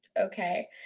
okay